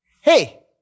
Hey